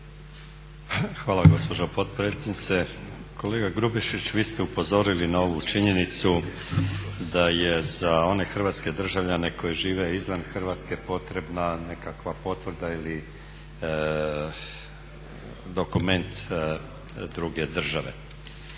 Hvala gospođo potpredsjednice. Kolega Grubišić, vi ste upozorili na ovu činjenicu da je za one hrvatske državljane koji žive izvan Hrvatske potrebna nekakva potvrda ili dokument druge države.